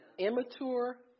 Immature